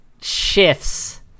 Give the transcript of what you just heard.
shifts